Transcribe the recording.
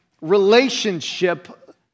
relationship